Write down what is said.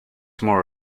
more